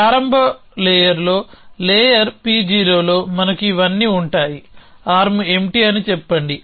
ప్రారంభ పొరలో లేయర్ P0లో మనకు ఇవన్నీ ఉంటాయి ఆర్మ్ ఎంప్టీ అని చెప్పండి